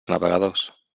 navegadors